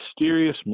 mysterious